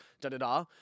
da-da-da